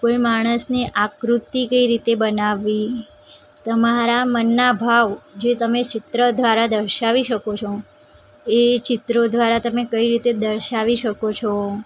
કોઈ માણસની આકૃતિ કઈ રીતે બનાવવી તમારા મનના ભાવ જે તમે ચિત્ર દ્વારા દર્શાવી શકો છો એ ચિત્રો દ્વારા તમે કઈ રીતે દર્શાવી શકો છો